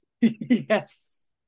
Yes